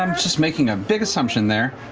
um just making a big assumption there.